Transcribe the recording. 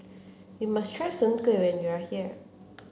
you must try Soon Kueh when you are here